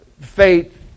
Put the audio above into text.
faith